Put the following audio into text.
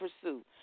pursue